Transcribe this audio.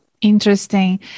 interesting